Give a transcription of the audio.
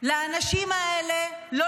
לאנשים האלה -- זה לא מעניין אותם.